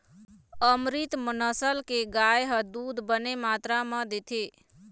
अमरितमहल नसल के गाय ह दूद बने मातरा म देथे